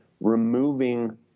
removing